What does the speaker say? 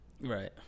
Right